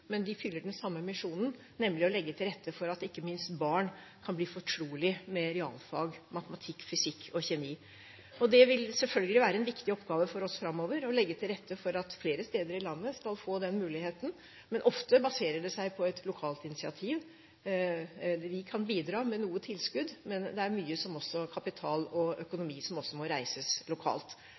men de fyller den samme misjonen, nemlig å legge til rette for at ikke minst barn kan blir fortrolige med realfag: matematikk, fysikk og kjemi. Det vil selvfølgelig være en viktig oppgave for oss framover å legge til rette for at flere steder i landet skal få den muligheten, men ofte baserer det seg på et lokalt initiativ. Vi kan bidra med noe tilskudd, men